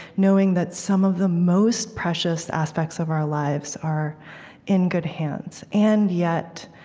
knowing that some of the most precious aspects of our lives are in good hands. and yet,